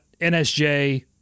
NSJ